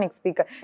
speaker